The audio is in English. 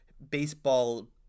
baseball